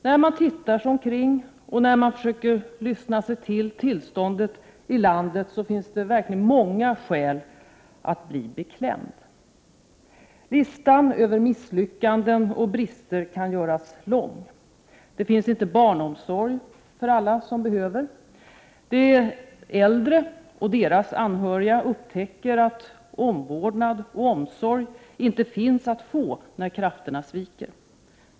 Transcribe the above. När man tittar sig omkring och när man försöker lyssna sig till tillståndet i landet finns det många skäl att bli beklämd. Listan över misslyckanden och brister kan göras lång: — Det finns inte barnomsorg för alla som behöver. — De äldre och deras anhöriga upptäcker att omvårdnad och omsorg inte finns att få när krafterna sviker.